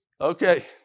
Okay